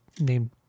named